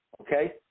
Okay